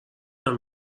ازم